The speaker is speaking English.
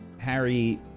Harry